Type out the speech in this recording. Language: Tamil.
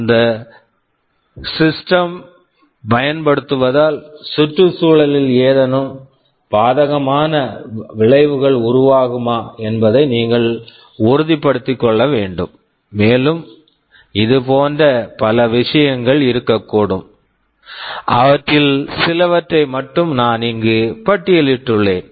அந்த சிஸ்டம் system -த்தை பயன்படுத்துவதால் சுற்றுச்சூழலில் ஏதேனும் பாதகமான விளைவுகள் உருவாகுமா என்பதை நீங்கள் உறுதிப்படுத்திக் கொள்ள வேண்டும் மேலும் இதுபோன்ற பல விஷயங்கள் இருக்கக்கூடும் அவற்றில் சிலவற்றை மட்டுமே நான் பட்டியலிட்டுள்ளேன்